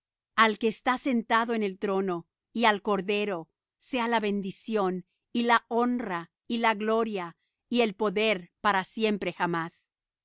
al que está sentado en el trono y al cordero sea la bendición y la honra y la gloria y el poder para siempre jamás